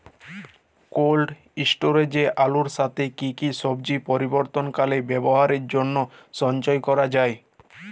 Cold স্টোরেজে আলুর সাথে কি কি সবজি পরবর্তীকালে ব্যবহারের জন্য সঞ্চয় করা যায়?